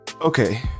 Okay